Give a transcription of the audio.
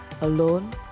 Alone